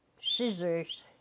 scissors